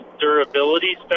durability